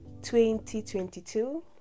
2022